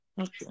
okay